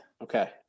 Okay